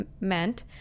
meant